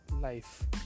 life